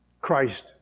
Christ